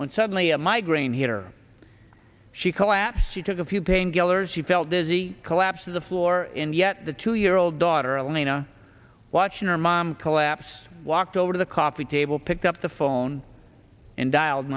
when suddenly a migraine hit or she collapsed she took a few painkillers she felt dizzy collapse of the floor and yet the two year old daughter alaina watching her mom collapse walked over to the coffee table picked up the phone and dial